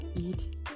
eat